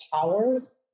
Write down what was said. powers